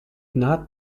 not